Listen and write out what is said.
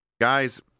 guys